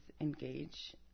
engage